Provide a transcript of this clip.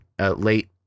late